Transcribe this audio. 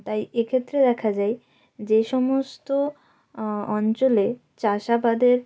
তাই এ ক্ষেত্রে দেখা যায় যে সমস্ত অঞ্চলে চাষ আবাদের